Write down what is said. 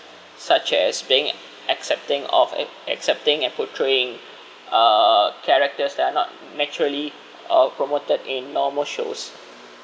such as being accepting of ac~ accepting and portraying uh characters that are not naturally uh promoted in normal shows